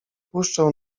puszczę